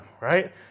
right